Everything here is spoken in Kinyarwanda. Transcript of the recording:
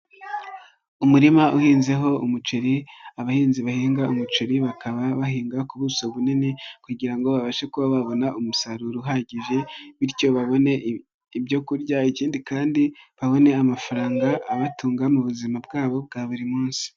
Umurima uhinzeho umuceri abahinzi bahinga umuceri bakaba bahinga ku buso bunini kugira ngo babashe kuba babona umusaruro uhagije bityo babone ibyo kurya, ikindi kandi babone amafaranga abatunga mu buzima bwabo bwa buri munsi.